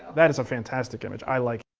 that is a fantastic image. i like